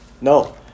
no